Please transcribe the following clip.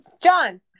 John